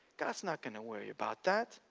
god s not going to worry about that